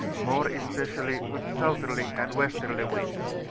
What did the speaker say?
more especially with soutlierly and westerly winds.